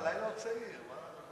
הלילה עוד צעיר, מה?